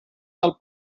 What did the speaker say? del